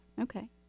Okay